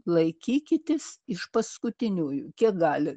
laikykitės iš paskutiniųjų kiek gali